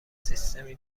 سیستمی